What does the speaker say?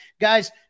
Guys